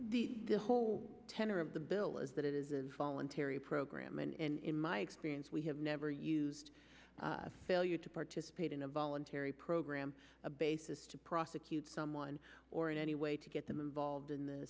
the whole tenor of the bill is that it is voluntary program and in my experience we have never used failure to participate in a voluntary program a basis to prosecute someone or in any way to get them involved in the